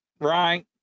right